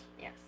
Yes